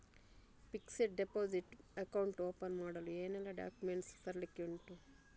Fixed deposit account open ಮಾಡಲು ಏನೆಲ್ಲಾ documents ತರ್ಲಿಕ್ಕೆ ಉಂಟು?